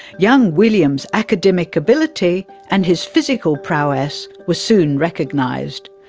young william's academic ability and his physical prowess were soon recognised.